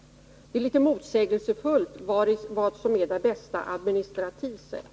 Det är litet motsägelsefullt när det gäller vad som är det bästa administrativt sett.